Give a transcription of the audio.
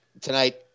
tonight